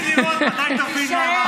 חיכיתי לראות מתי תבין מה אמרת.